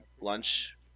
lunch